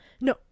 No